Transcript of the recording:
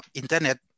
internet